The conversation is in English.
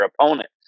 opponent